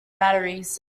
batteries